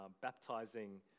baptizing